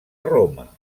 roma